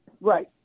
Right